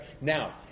Now